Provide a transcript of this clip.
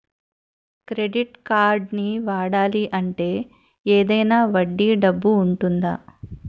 Credit కార్డ్ని వాడాలి అంటే ఏదైనా వడ్డీ డబ్బు ఉంటుందా?